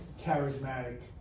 charismatic